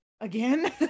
again